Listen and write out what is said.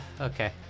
Okay